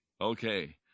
Okay